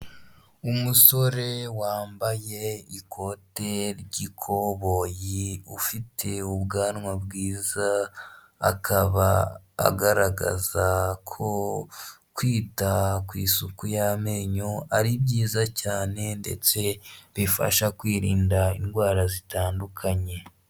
Umusore wambaye ikote ry'ikoboyi ufite ubwanwa bwiza akaba agaragaza ko kwita ku isuku y'amenyo ari byiza cyane ndetse bifasha kwirinda indwara zitandukanye.